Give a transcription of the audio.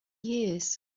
years